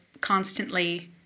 constantly